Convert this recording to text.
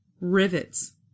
rivets